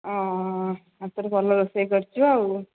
ଆଉ ତୋର ଭଲ ରୋଷେଇ କରିଛୁ ଆଉ